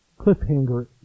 cliffhanger